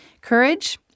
Courage